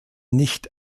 nicht